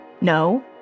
No